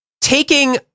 taking